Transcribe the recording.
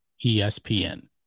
ESPN